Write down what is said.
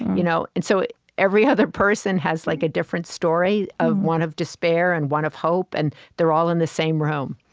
you know and so every other person has like a different story, one of despair and one of hope, and they're all in the same room.